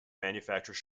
manufacture